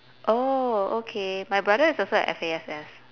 oh okay my brother is also at F_A_S_S